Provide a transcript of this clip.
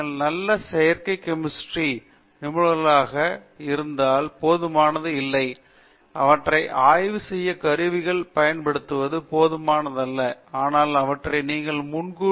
நீங்கள் நல்ல செயற்கை கெமிஸ்ட்ரி நிபுணர்களாக இருந்தால் போதுமானதாக இல்லை அவற்றை ஆய்வு செய்யக் கருவிகளைப் பயன்படுத்துவது போதுமானதல்ல ஆனால் அவற்றை நீங்கள் முன்கூட்டியே கணிக்க முடியும்